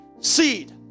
seed